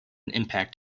impact